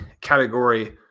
category